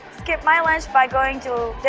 skip my lunch by going to.